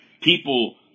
people